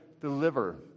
deliver